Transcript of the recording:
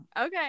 Okay